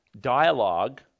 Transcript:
dialogue